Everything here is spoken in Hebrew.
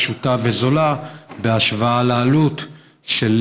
פשוטה וזולה בהשוואה לעלות של,